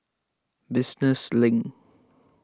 Business Link